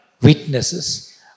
witnesses